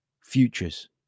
futures